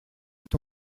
est